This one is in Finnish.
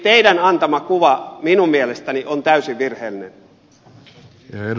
teidän antamanne kuva minun mielestäni on täysin virheellinen